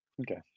okay